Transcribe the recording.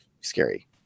scary